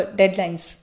deadlines